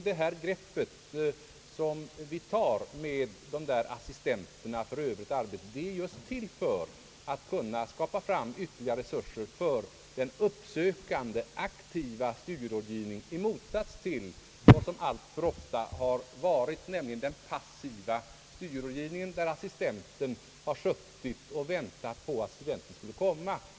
Det grepp som vi tar med assistenterna för »Öövrigt arbete» görs just för att skapa fram ytterligare resurser för den uppsökande, aktiva studierådgivningen i motsats till vad som alltför ofta har varit fallet, nämligen den passiva studierådgivningen, där assistenten har suttit och väntat på att studenten skulle komma.